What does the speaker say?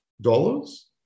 dollars